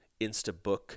Instabook